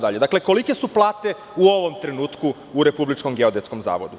Dakle, kolike su plate u ovom trenutku u Republičkom geodetskom zavodu?